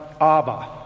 Abba